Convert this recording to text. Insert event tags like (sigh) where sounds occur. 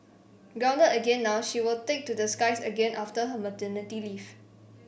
(unintelligible) again now she will take to the skies again after her maternity leave